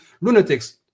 lunatics